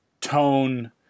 tone